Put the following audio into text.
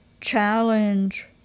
challenge